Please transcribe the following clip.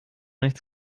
nichts